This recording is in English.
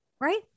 Right